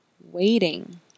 Waiting